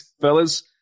fellas